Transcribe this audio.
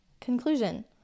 conclusion